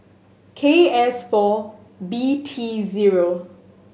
K S four B T zero